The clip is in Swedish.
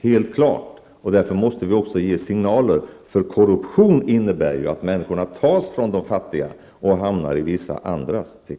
helt klart korruption. Därför måste vi ge signaler, för korruption innebär ju att pengarna tas från de fattiga och hamnar i vissa andras fickor.